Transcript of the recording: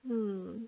mm